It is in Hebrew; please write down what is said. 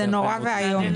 וזה נורא ואיום.